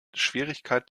schwierigkeit